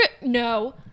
No